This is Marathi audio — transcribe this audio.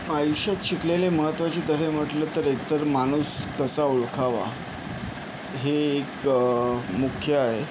आयुष्यात शिकलेले महत्वाचे धडे म्हटलं तर एक तर माणूस कसा ओळखावा हे एक मुख्य आहे